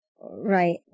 Right